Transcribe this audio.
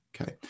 okay